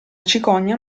cicogna